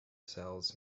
cells